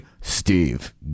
Steve